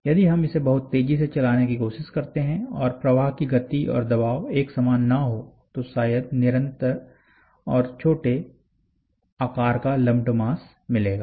यदि हम इसे बहुत तेजी से चलाने की कोशिश करते हैं और प्रवाह की गति और दबाव एक समान ना हो तो शायद अनिरंतर एवं छोटे आकार का लंप्ड मास मिलेगा